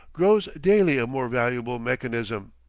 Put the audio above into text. grows daily a more valuable mechanism.